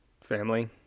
family